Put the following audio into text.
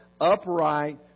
upright